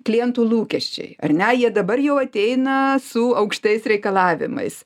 klientų lūkesčiai ar ne jie dabar jau ateina su aukštais reikalavimais